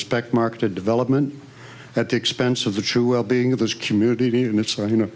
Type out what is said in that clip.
spec marketed development at the expense of the true well being of this community and it's a you know